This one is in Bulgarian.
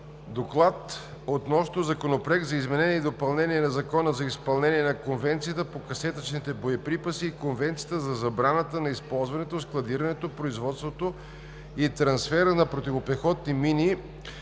„ДОКЛАД относно Законопроект за изменение и допълнение на Закона за изпълнение на Конвенцията по касетъчните боеприпаси и Конвенцията за забраната на използването, складирането, производството и трансфера на противопехотни мини